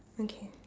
okay